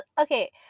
okay